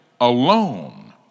alone